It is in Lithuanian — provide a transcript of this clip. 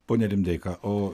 pone rimdeika o